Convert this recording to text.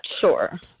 sure